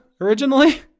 originally